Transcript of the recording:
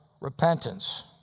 repentance